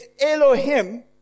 Elohim